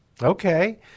Okay